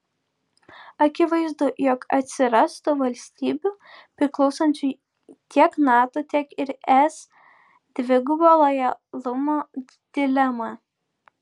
akivaizdu jog atsirastų valstybių priklausančių tiek nato tiek ir es dvigubo lojalumo dilema